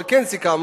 אבל כן סיכמנו